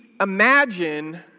imagine